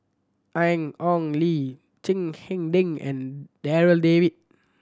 Ian Ong Li Chiang Hai Ding and Darryl David